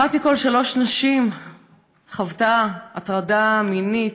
אחת מכל שלוש נשים חוותה הטרדה מינית,